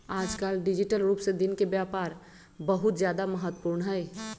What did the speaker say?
आजकल डिजिटल रूप से दिन के व्यापार बहुत ज्यादा महत्वपूर्ण हई